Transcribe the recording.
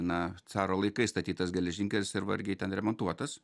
na caro laikais statytas geležinkelis ir vargiai ten remontuotas